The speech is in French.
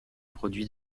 produit